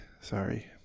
sorry